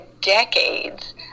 decades